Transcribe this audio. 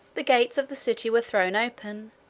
the gates of the city were thrown open,